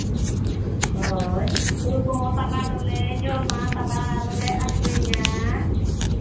ᱦᱳᱭ ᱦᱩᱲᱩ ᱠᱚᱦᱚᱸ ᱛᱟᱨᱟ ᱫᱚᱞᱮ ᱡᱚᱢᱼᱟ ᱛᱟᱨᱟ ᱫᱚᱞᱮ ᱟᱠᱷᱨᱤᱧᱟ